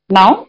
now